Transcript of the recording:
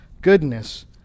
goodness